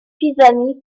pisani